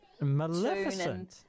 maleficent